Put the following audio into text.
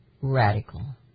radical